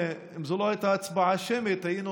אם זו לא הייתה הצבעה שמית היינו